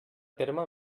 terme